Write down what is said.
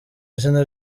izina